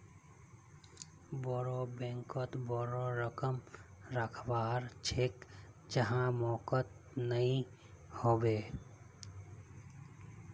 बोरो बैंकत बोरो रकम रखवा ह छेक जहात मोक नइ ह बे